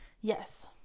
Yes